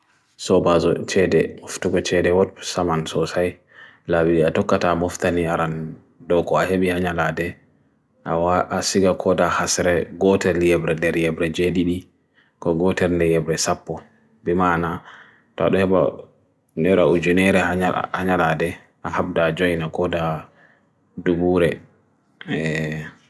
So bazu chede, uftuk chede wad pusaman sosai La bi yadukata muftani aran doko ahebi anyalade Awa asiga koda hasre, gote liyebrede liyebrede jedi ni Go gote liyebrede sapo Bimana tada hebo nera ujunere anyalade Ahabda ajoy na koda dubure